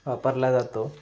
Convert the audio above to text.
वापरला जातो